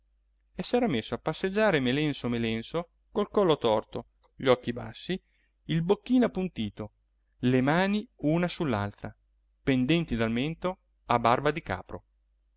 e s'era messo a passeggiare melenso melenso col collo torto gli occhi bassi il bocchino appuntito le mani una su l'altra pendenti dal mento a barba di capro